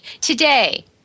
today